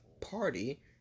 party